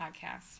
podcast